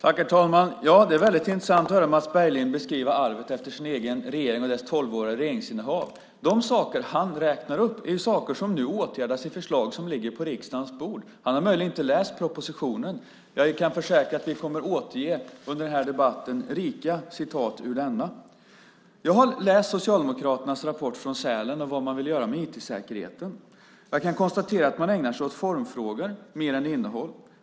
Herr talman! Det är intressant att höra Mats Berglind beskriva arvet efter hans eget partis regering och dess tolvåriga regeringsinnehav. De saker han räknar upp är saker som nu åtgärdas i förslag som ligger på riksdagens bord. Han har möjligen inte läst propositionen. Jag kan försäkra att vi under debatten kommer att återge rikligt med citat ur den. Jag har läst Socialdemokraternas rapport från Sälen och vad man vill göra med IT-säkerheten. Jag kan konstatera att man ägnar sig mer åt formfrågor än åt innehåll.